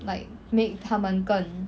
like make 他们更